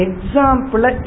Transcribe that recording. example